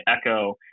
echo